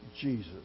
Jesus